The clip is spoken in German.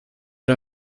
der